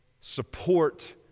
support